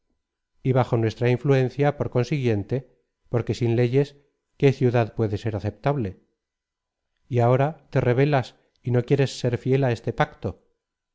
y bajo nuestra influencia por consiguiente porque sin leyes qué ciudad puede ser aceptable j y abora te rebelas y no quieres ser fiel á este pacto